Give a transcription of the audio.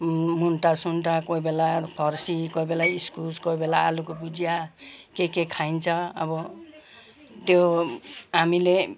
मुन्टासुन्टा कोही बेला फर्सी कोही बेला इस्कुस कोही बेला आलुको भुजिया के के खाइन्छ अब त्यो हामीले